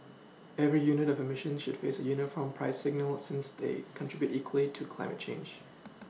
every unit of eMissions should face a uniform price signal since they contribute equally to climate change